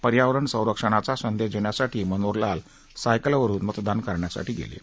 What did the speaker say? पर्यावरण संरक्षणाचा संदेश देण्यासाठी मनोहर लाल सायकलवरुन मतदान करण्यासाठी गेले होते